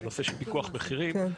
הנושא של פיקוח מחירים,